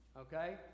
okay